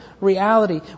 reality